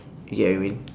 you get what I mean